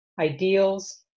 ideals